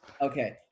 Okay